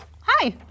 Hi